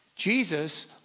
Jesus